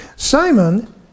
Simon